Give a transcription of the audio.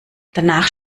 danach